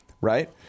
right